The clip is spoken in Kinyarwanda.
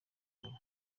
buhoro